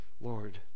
Lord